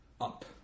up